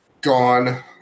Gone